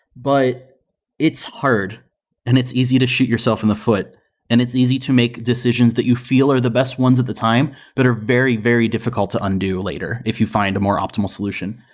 but it's hard and it's easy to shoot yourself in the foot and it's easy to make decisions that you feel are the best ones at the time, but are very, very difficult to undo later if you find a more optimal solution.